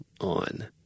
on